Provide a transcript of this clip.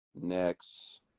next